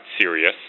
serious